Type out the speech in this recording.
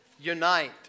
unite